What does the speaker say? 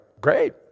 great